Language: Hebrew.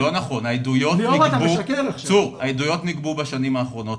צור, העדויות ניגבו בשנים האחרונות.